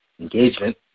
engagement